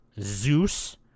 Zeus